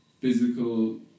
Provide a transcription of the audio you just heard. physical